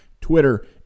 twitter